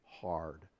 hard